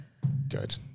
good